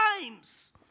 times